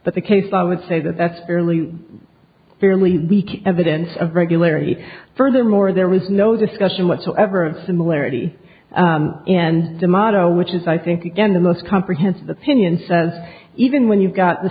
but the case i would say that that's fairly fairly weak evidence of regularity furthermore there was no discussion whatsoever of similarity in the motto which is i think again the most comprehensive opinion says even when you've got the